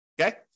Okay